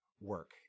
work